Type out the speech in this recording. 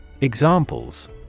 Examples